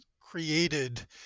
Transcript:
created